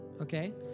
okay